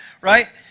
right